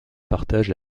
partage